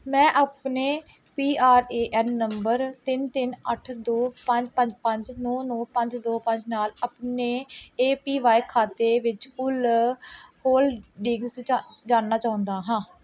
ਮੈਂ ਆਪਣੇ P R A N number ਤਿੰਨ ਤਿੰਨ ਅੱਠ ਦੋ ਪੰਜ ਪੰਜ ਪੰਜ ਨੌਂ ਨੌਂ ਪੰਜ ਦੋ ਪੰਜ ਨਾਲ ਆਪਣੇ ਏ ਪੀ ਵਾਈ ਖਾਤੇ ਵਿੱਚ ਕੁੱਲ ਹੋਲਡਿੰਗਜ਼ ਜਾ ਜਾਣਨਾ ਚਾਹੁੰਦਾ ਹਾਂ